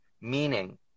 Meaning